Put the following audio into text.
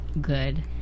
good